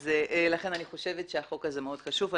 -- אז לכן, אני חושבת שהחוק הזה מאוד חשוב.